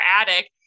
attic